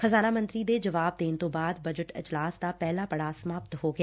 ਖ਼ਜ਼ਾਨਾ ਮੰਤਰੀ ਦੇ ਜਵਾਬ ਦੇਣ ਤੋਂ ਬਾਅਦ ਬਜਟ ਇਜਲਾਸ ਦਾ ਪਹਿਲਾ ਪੜਾਅ ਸਮਾਪਤ ਹੋ ਗਿਆ